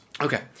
Okay